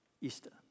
Easter